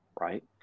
right